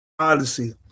Odyssey